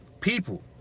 people